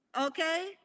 Okay